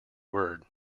word